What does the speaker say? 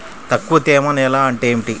తక్కువ తేమ నేల అంటే ఏమిటి?